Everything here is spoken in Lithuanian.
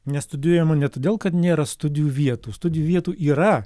nestudijuojama ne todėl kad nėra studijų vietų studijų vietų yra